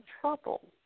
trouble